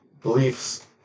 beliefs